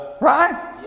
Right